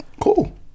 Cool